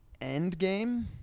Endgame